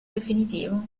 definitivo